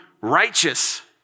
righteous